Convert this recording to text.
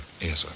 Yes